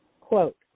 Quote